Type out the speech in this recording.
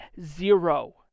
zero